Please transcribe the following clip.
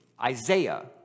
Isaiah